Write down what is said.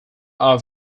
are